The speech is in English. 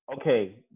okay